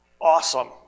awesome